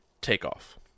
takeoff